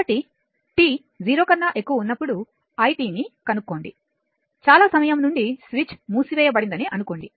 కాబట్టి t 0 కన్నా ఎక్కువ ఉన్నప్పుడు i ని కనుక్కోండి చాలా సమయం నుండి స్విచ్ మూసివేయబడిందని అనుకోండి